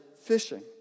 fishing